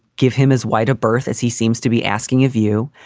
give him as wide a berth as he seems to be asking of you.